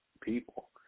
people